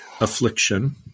affliction